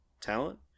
talent